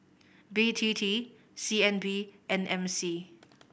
B T T C N B and M C